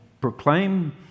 proclaim